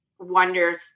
wonders